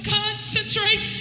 concentrate